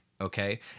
Okay